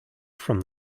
from